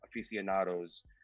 aficionados